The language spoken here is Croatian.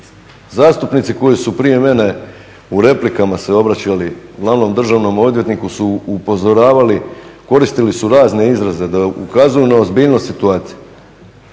zastupnici koji su prije mene u replikama se obraćali glavnom državnog odvjetniku su upozoravali, koristili su razne izraze da ukazuju na ozbiljnost situacije.